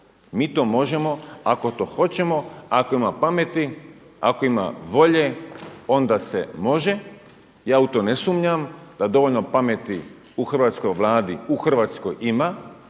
Mi to možemo ako to hoćemo, ako ima pameti, ako ima volje onda se može, ja u to ne sumnjam da dovoljno pameti u hrvatskoj Vladi, u Hrvatskoj ima,